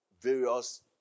various